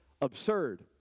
absurd